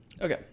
Okay